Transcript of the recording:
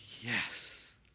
yes